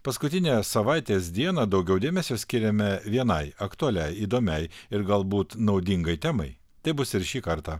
paskutinę savaitės dieną daugiau dėmesio skiriame vienai aktualiai įdomiai ir galbūt naudingai temai taip bus ir šį kartą